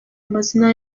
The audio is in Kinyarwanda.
amazina